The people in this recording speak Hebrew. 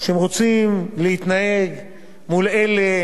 שהם רוצים להתנהג בה מול אלה